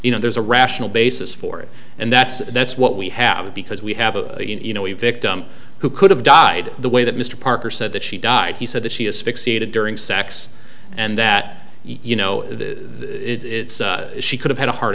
you know there's a rational basis for it and that's that's what we have because we have a you know a victim who could have died the way that mr parker said that she died he said that she is fixated during sex and that you know the it's she could have had a heart